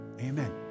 amen